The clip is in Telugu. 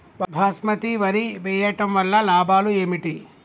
బాస్మతి వరి వేయటం వల్ల లాభాలు ఏమిటి?